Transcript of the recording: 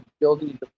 building